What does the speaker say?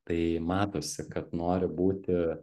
tai matosi kad nori būti